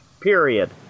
Period